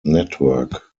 network